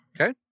Okay